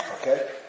okay